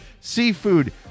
seafood